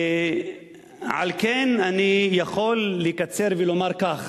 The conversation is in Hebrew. על כן אני יכול לקצר ולומר כך: